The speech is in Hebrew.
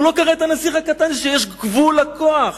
הוא לא קרא ב"הנסיך הקטן" שיש גבול לכוח,